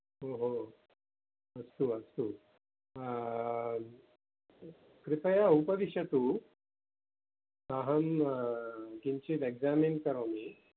ओहो अस्तु अस्तु कृपया उपविशतु अहं किञ्चिद् एक्सामिन् करोमि